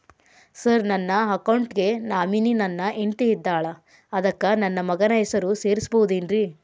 Sir ನನ್ನ account ಗೆ nominee ನನ್ನ ಹೆಂಡ್ತಿ ಇದ್ದಾಳ ಅದಕ್ಕ ನನ್ನ ಮಗನ ಹೆಸರು ಸೇರಸಬಹುದೇನ್ರಿ?